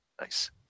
Nice